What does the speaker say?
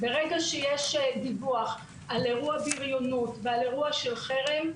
ברגע שיש דיווח על אירוע של בריונות ועל אירוע של חרם,